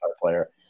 player